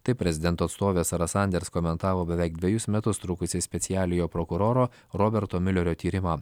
taip prezidento atstovė sara sanders komentavo beveik dvejus metus trukusį specialiojo prokuroro roberto miulerio tyrimą